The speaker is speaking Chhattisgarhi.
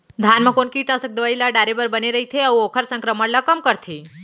धान म कोन कीटनाशक दवई ल डाले बर बने रइथे, अऊ ओखर संक्रमण ल कम करथें?